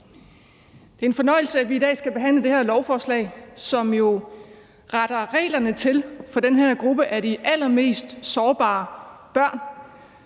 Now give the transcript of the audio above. Det er en fornøjelse, at vi i dag skal behandle det her lovforslag, som jo retter reglerne til for den her gruppe af de allermest sårbare børn,